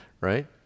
right